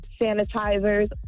sanitizers